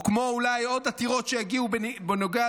או כמו אולי עוד עתירות שיגיעו בנוגע,